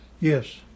Yes